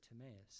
Timaeus